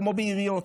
כמו בעיריות,